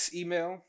email